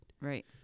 Right